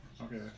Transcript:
Okay